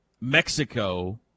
Mexico